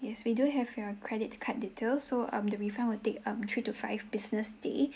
yes we do have your credit card details so um the refund will take um three to five business day